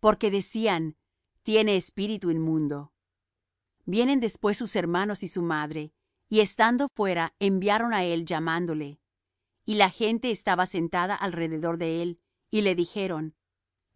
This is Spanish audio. porque decían tiene espíritu inmundo vienen después sus hermanos y su madre y estando fuera enviaron á él llamándole y la gente estaba sentada alrededor de él y le dijeron